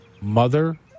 Mother